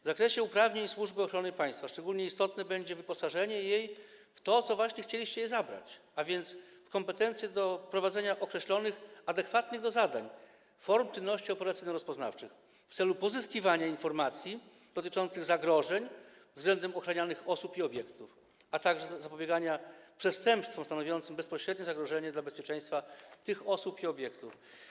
W zakresie uprawnień Służby Ochrony Państwa szczególnie istotne będzie wyposażenie jej w to, co właśnie chcieliście jej zabrać, a więc w kompetencje do prowadzenia określonych, adekwatnych do zadań, form czynności operacyjno-rozpoznawczych w celu pozyskiwania informacji dotyczących zagrożeń względem ochranianych osób i obiektów, a także zapobiegania przestępstwom stanowiącym bezpośrednie zagrożenie dla bezpieczeństwa tych osób i obiektów.